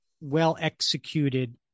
well-executed